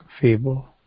feeble